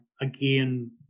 again